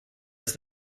des